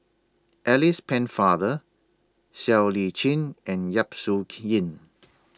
Alice Pennefather Siow Lee Chin and Yap Su Yin